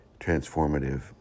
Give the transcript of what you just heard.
transformative